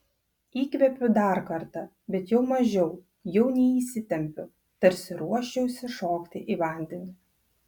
įkvėpiu dar kartą bet jau mažiau jau neįsitempiu tarsi ruoščiausi šokti į vandenį